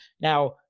Now-